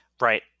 right